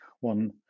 One